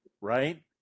Right